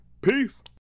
peace